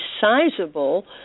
sizable